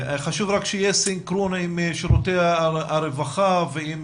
חשוב שיהיה סינכרון עם שירותי הרווחה ועם